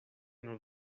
nos